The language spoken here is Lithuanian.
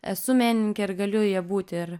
esu menininkė ir galiu ja būti ir